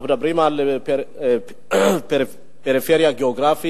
אנחנו מדברים על פריפריה גיאוגרפית,